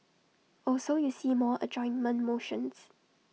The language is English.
also you see more adjournment motions